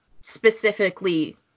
specifically